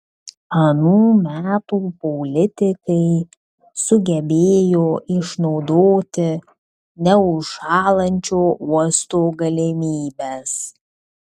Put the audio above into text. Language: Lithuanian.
anų metų politikai sugebėjo išnaudoti neužšąlančio uosto galimybes